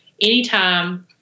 anytime